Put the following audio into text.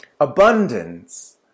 Abundance